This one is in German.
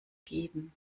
geben